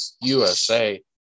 USA